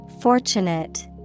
Fortunate